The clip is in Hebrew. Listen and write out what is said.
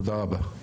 תודה רבה.